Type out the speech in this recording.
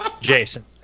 Jason